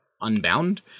unbound